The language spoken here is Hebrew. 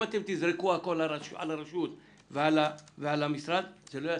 אם אתם תזרקו הכול על הרשות ועל המשרד זה לא יצליח.